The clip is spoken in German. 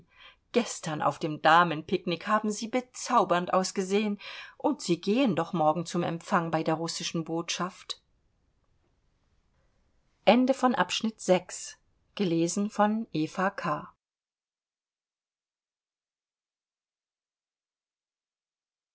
gestern auf dem damen pique nique haben sie bezaubernd ausgesehen und sie gehen doch morgen zum empfang bei der russischen botschaft